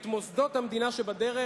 את מוסדות המדינה שבדרך